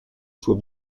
soit